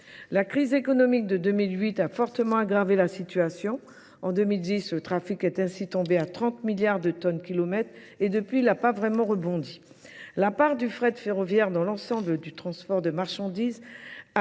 La crise économique de 2008 a fortement aggravé la situation. En 2010, le trafic est ainsi tombé à 30 milliards de tonnes kilomètres et depuis, il n'a pas vraiment rebondi. La part du frais de ferroviaire dans l'ensemble du transport de marchandises a,